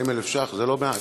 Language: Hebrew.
40,000 שקל זה לא מעט.